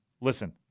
Listen